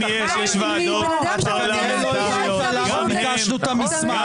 כנראה לא הבנת למה ביקשנו את המסמך.